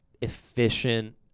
efficient